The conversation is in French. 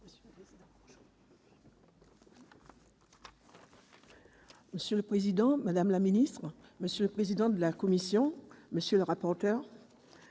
Monsieur le président, madame la secrétaire d'État, monsieur le président de la commission, monsieur le rapporteur,